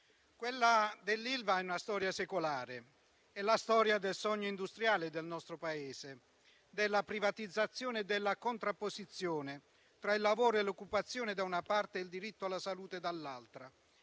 quella dell'Ilva è una storia secolare, è la storia del sogno industriale del nostro Paese, della privatizzazione e della contrapposizione tra il lavoro e l'occupazione, da una parte, e il diritto alla salute, dall'altra.